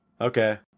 Okay